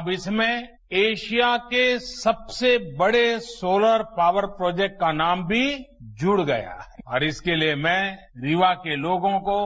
अब इसमें एशिया के सबसे बड़े सोलर पावर के प्रोजेक्ट का नाम भी जुड़ गया है और इसके लिए मैं रीवा के लोगों को